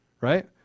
right